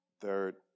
Third